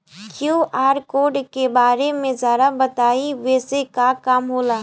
QR code के बारे में जरा बताई वो से का काम होला?